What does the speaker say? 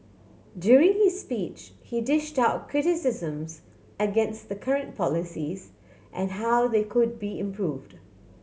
during his speech he dished out criticisms against the current policies and how they could be improved